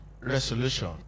resolution